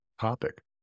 topic